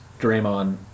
Draymond